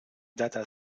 data